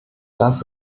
das